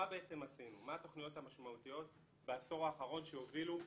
(שקף: תוכניות משמעותיות בעשור האחרון).